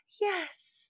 yes